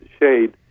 shade